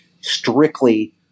strictly